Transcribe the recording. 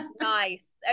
Nice